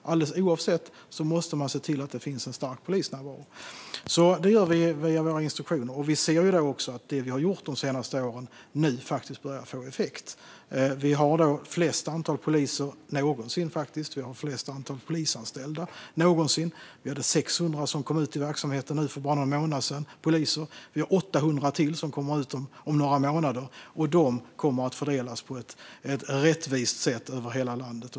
Alldeles oavsett måste man se till att det finns en stark polisnärvaro. Det gör vi via våra instruktioner, och vi ser också att det vi har gjort de senaste åren nu faktiskt börjar få effekt. Vi har det största antalet poliser någonsin och även det största antalet polisanställda någonsin. 600 poliser kom ut i verksamheten för bara några månader sedan, och 800 till kommer ut om några månader. De kommer att fördelas på ett rättvist sätt över hela landet.